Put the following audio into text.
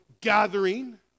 gathering